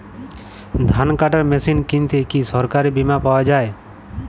ধান কাটার মেশিন কিনতে কি সরকারী বিমা পাওয়া যায়?